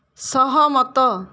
ସହମତ